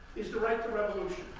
is the right to revolution.